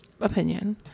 opinion